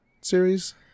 series